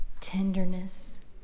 tenderness